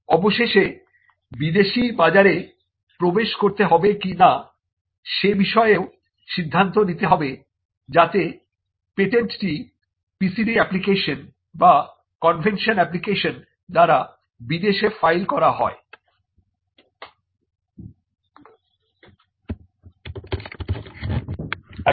অবশেষে বিদেশি বাজারে প্রবেশ করতে হবে কিনা সে বিষয়েও সিদ্ধান্ত নিতে হবে যাতে পেটেন্ট টি PCT অ্যাপ্লিকেশন বা কনভেনশন অ্যাপ্লিকেশন দ্বারা বিদেশে ফাইল করা যায়